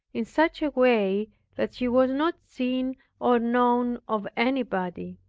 in such a way that she was not seen or known of anybody.